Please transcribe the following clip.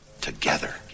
together